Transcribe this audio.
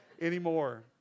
anymore